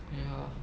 ya